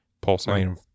pulsing